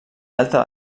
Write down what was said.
delta